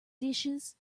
dishes